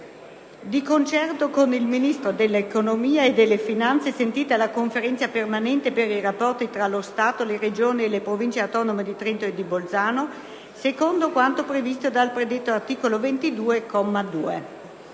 di concerto con il Ministro dell'economia e delle finanze, sentita la Conferenza permanente per i rapporti tra lo Stato, le regioni e le province autonome di Trento e di Bolzano, secondo quanto previsto dal predetto articolo 22,